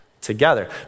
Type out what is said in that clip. Together